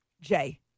Jay